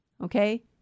Okay